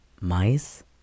mice